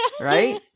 Right